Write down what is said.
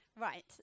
right